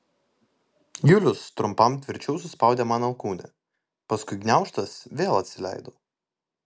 julius trumpam tvirčiau suspaudė man alkūnę paskui gniaužtas vėl atsileido